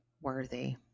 worthy